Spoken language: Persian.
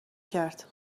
کرد